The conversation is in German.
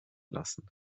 lassen